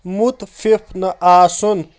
مُتفِف نہٕ آسُن